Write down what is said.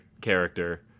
character